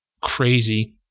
Crazy